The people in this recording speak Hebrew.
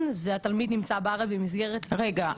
זה התלמיד נמצא בארץ במסגרת --- רגע,